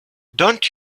don’t